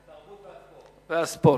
התרבות והספורט.